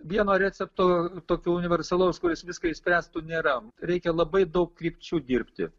vieno recepto tokio universalaus kuris viską išspręstų nėra reikia labai daug krypčių dirbti